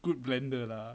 good blender lah